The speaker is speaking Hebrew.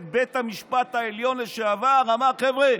בית המשפט העליון לשעבר אמר: חבר'ה,